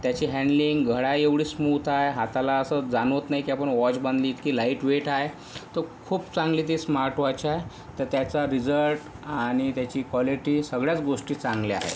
त्याची हॅन्डलिंग घडाई एवढी स्मूथ आहे हाताला असंच जाणवत नाही की आपण वॉच बांधली की लाईटवेट आहे तो खूप चांगली ते स्मार्टवॉच आहे तर त्याचा रिझल्ट आणि त्याची क्वालिटी सगळ्याच गोष्टी चांगल्या आहेत